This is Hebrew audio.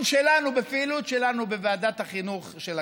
שלנו בפעילות שלנו בוועדת החינוך של הכנסת.